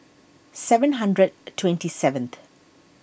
seven hundred twenty seventh